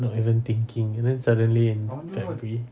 not even thinking and then suddenly in february